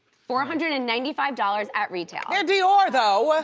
four hundred and ninety five dollars at retail. they're dior, though.